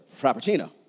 Frappuccino